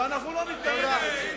ואנחנו לא ניתן לך את זה.